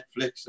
Netflix